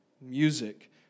music